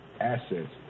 assets